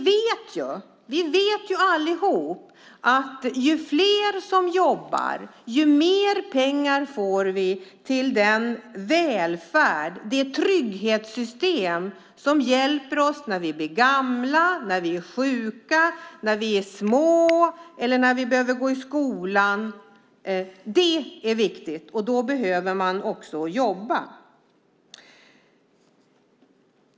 Vi vet allihop att ju fler som jobbar desto mer pengar får vi till välfärden, till de trygghetssystem som hjälper oss när vi blir gamla, när vi är sjuka, när vi är små eller går i skolan. Då behöver man också jobba.